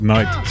Night